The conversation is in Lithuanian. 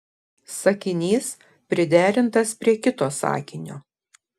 sakinys priderintas prie kito sakinio